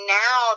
now